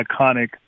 iconic